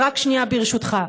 אז רק שנייה, ברשותך.